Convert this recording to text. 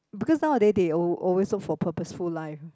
because nowadays they al~ always look for purposeful life